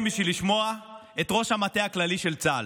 בשביל לשמוע את ראש המטה הכללי של צה"ל.